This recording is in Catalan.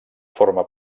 forma